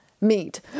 meet